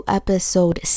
episode